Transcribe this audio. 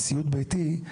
בסיעוד ביתי,